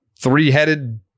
three-headed